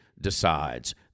decides